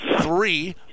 three